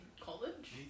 college